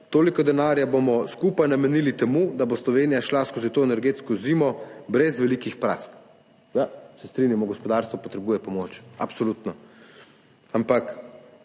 Toliko denarja bomo skupaj namenili temu, da bo Slovenija šla skozi to energetsko zimo brez velikih prask.« Da, se strinjamo, gospodarstvo potrebuje pomoč, absolutno, ampak